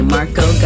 Marco